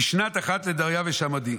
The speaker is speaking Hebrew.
"בשנת אחת לְדָרְיָוֶשׁ הַמָּדִי"